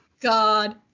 God